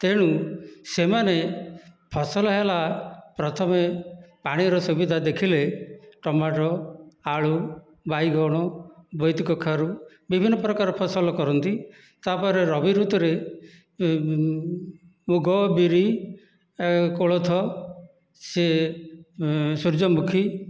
ତେଣୁ ସେମାନେ ଫସଲ ହେଲା ପ୍ରଥମେ ପାଣିର ସୁବିଧା ଦେଖିଲେ ଟମାଟୋ ଆଳୁ ବାଇଗଣ ବୋଇତିକଖାରୁ ବିଭିନ୍ନ ପ୍ରକାର ଫସଲ କରନ୍ତି ତାପରେ ରବି ଋତୁରେ ମୁଗ ବିରି କୋଳଥ ସିଏ ସୂର୍ଯ୍ୟମୁଖୀ